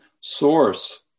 source